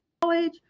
college